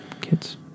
kids